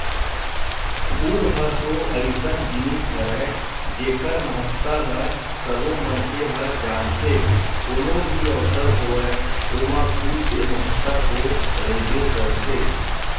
फूल ह तो अइसन जिनिस हरय जेखर महत्ता ल सबो मनखे ह जानथे, कोनो भी अवसर होवय ओमा फूल के महत्ता तो रहिबे करथे